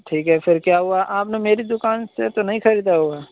ٹھیک ہے پھر کیا ہوا آپ نے میری دکان سے تو نہیں خریدا ہوگا